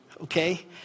Okay